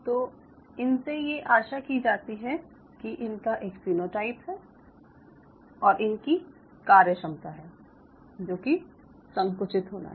तो इनसे ये आशा की जाती है कि इनका एक फीनोटाइप है और इनकी कार्यक्षमता है जो कि संकुचित होना है